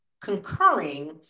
concurring